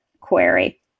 query